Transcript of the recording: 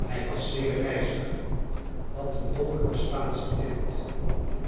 hij was zeer rijzig had een donkere spaansche tint